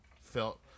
felt